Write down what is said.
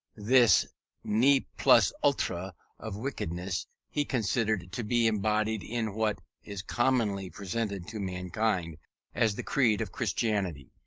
this ne plus ultra of wickedness he considered to be embodied in what is commonly presented to mankind as the creed of christianity.